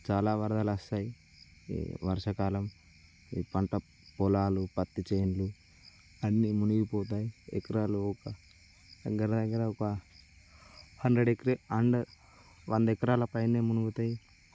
చాలా వరదలు వస్తాయి ఈ వర్షాకాలం ఈ పంట పొలాలు ప్రత్తి చేనులు అన్నీ మునిగిపోతాయి ఎకరాలు ఒక దగ్గర దగ్గర ఒక హండ్రెడ్ ఎకర అండ్ వంద ఎకరాల పైనే మునుగుతాయి